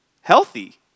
healthy